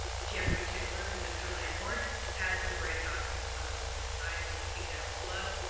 jeffrey taylor, mr landlord has some great documents on his website that you can get ahold of,